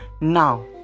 now